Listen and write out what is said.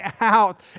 out